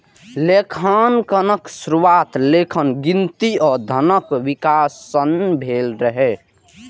लेखांकनक शुरुआत लेखन, गिनती आ धनक विकास संग भेल रहै